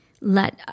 let